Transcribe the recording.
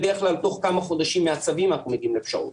בדרך כלל תוך כמה חודשים מהצווים אנחנו מגיעים לפשרות.